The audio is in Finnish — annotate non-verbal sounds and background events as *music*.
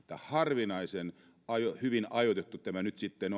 harvinaisen hyvin ajoitettu tämä nyt sitten *unintelligible*